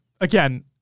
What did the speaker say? again